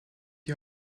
die